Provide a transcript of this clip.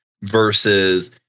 versus